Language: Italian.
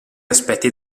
aspetti